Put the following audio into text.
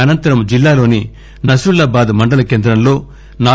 అనంతరం జిల్హలోని నస్ఫల్లాబాద్ మండల కేంద్రంలో రూ